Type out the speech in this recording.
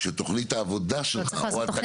כשתוכנית העבודה שלך או התקציב --- אתה